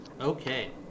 Okay